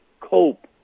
cope